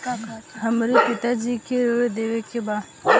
हमरे पिता जी के ऋण लेवे के बा?